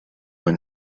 when